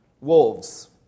wolves